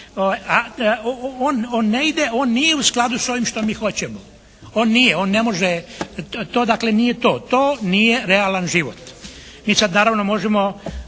On ne ide, nije u skladu s ovim što mi hoćemo. On nije, on ne može, to dakle nije to. To nije realan život. Mi sad naravno možemo